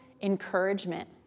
encouragement